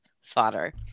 fodder